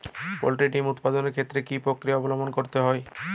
Poultry ডিম উৎপাদনের ক্ষেত্রে কি পক্রিয়া অবলম্বন করতে হয়?